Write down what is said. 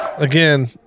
Again